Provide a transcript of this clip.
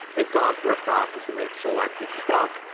they'd gone through a process, and they'd selected trump,